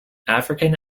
african